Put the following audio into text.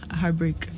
heartbreak